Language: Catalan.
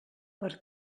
per